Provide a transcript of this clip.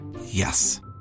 Yes